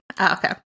okay